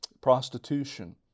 Prostitution